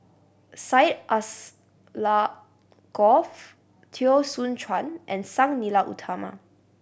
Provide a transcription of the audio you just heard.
Syed Alsagoff Teo Soon Chuan and Sang Nila Utama